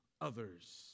others